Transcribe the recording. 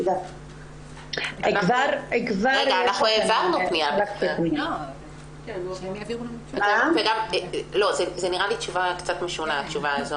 התשובה הזאת נראית לי קצת משונה.